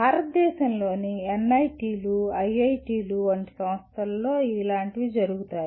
భారతదేశంలోని ఎన్ఐటిలు ఐఐటిలు వంటి సంస్థలతో ఇలాంటివి జరుగుతాయి